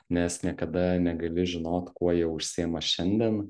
nes niekada negali žinot kuo jie užsiema šiandien